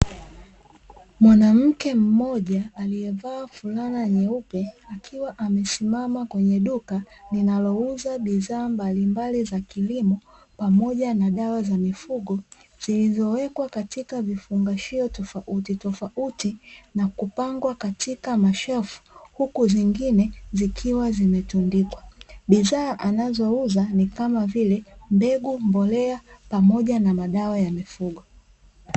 Mwanamke mmoja aliyevaa flana nyeupe, akiwa amesimama kwenye duka linalouza bidhaa mbalimbali za kilimo, pamoja na dawa za mifugo zilizowekwa katika vifungashio tofautitofauti, na kupangwa katika mashelfu huku zingine zikiwa zimetundikwa. Bidhaa anazouza ni kama vile; mbegu, mbolea, pamoja na madawa ya mifugo.